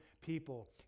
people